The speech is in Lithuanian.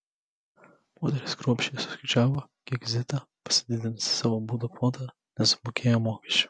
moterys kruopščiai suskaičiavo kiek zita pasididinusi savo buto plotą nesumokėjo mokesčių